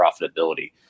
profitability